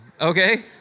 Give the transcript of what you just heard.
Okay